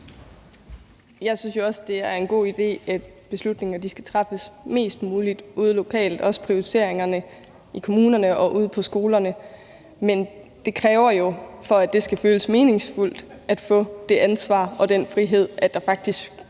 Jeg synes jo også, det er en god idé, at beslutninger skal træffes mest muligt ude lokalt, også prioriteringerne ude i kommunerne og ude på skolerne. Men det kræver jo, for at det skal føles meningsfuldt at få det ansvar og den frihed, at der faktisk